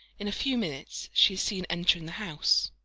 in a few minutes she is seen entering the house,